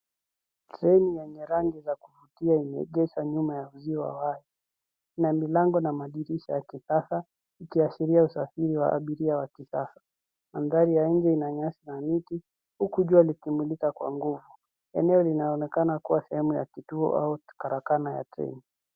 Treni yenye rangi za kuvutia imeegeshwa nyuma ya uzio wazi na milango na madirisha ya kisasa ikiashiria usafiri wa abiria wa kisasa. Anga la nje ina nyasi na miti huku jua likimulika kwa nguvu. Eneo linaonekana kuwa sehemu ya kituo au karakana ya treni.